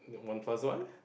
and one plus one